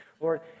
Lord